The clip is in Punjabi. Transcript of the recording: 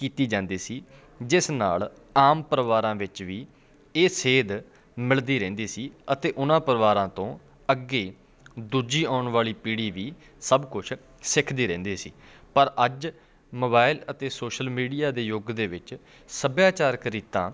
ਕੀਤੀ ਜਾਂਦੀ ਸੀ ਜਿਸ ਨਾਲ ਆਮ ਪਰਿਵਾਰਾਂ ਵਿੱਚ ਵੀ ਇਹ ਸੇਧ ਮਿਲਦੀ ਰਹਿੰਦੀ ਸੀ ਅਤੇ ਉਨ੍ਹਾਂ ਪਰਿਵਾਰਾਂ ਤੋਂ ਅੱਗੇ ਦੂਜੀ ਆਉਣ ਵਾਲੀ ਪੀੜੀ ਵੀ ਸਭ ਕੁਛ ਸਿੱਖਦੀ ਰਹਿੰਦੀ ਸੀ ਪਰ ਅੱਜ ਮੋਬਾਇਲ ਅਤੇ ਸੋਸ਼ਲ ਮੀਡੀਆ ਦੇ ਯੁੱਗ ਦੇ ਵਿੱਚ ਸੱਭਿਆਚਾਰਕ ਰੀਤਾਂ